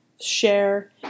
Share